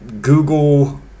Google